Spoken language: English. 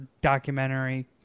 documentary